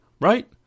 Right